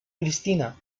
cristina